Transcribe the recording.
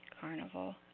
Carnival